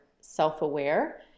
self-aware